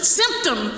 symptom